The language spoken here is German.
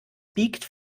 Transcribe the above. biegt